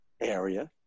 area